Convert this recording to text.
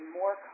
more